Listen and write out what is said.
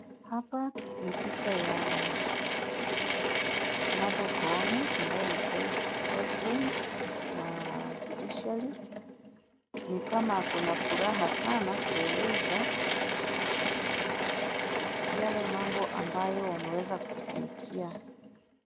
Hapa ni picha ya Martha Koome ambaye ni [president wa judiciary . Ni kama akona furaha sana kueleza yale mambo ameweza kufikia.